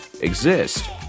exist